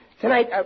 tonight